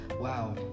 Wow